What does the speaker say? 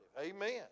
Amen